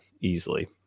easily